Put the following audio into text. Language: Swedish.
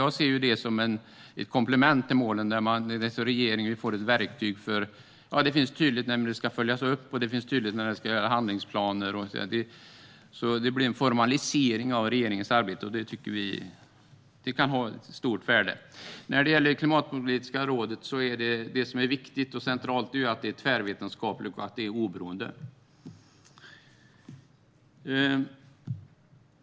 Jag ser det som ett komplement till målen. Regeringen får ett verktyg. Det är tydligt när det ska följas upp och göras handlingsplaner. Det blir en formalisering av regeringens arbete. Det kan ha stort värde. När det gäller det klimatpolitiska rådet är det viktigt och centralt att det är tvärvetenskapligt oberoende.